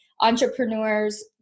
entrepreneurs